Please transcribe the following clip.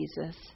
Jesus